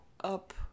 up